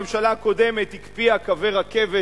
הממשלה הקודמת הקפיאה קווי רכבת,